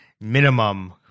minimum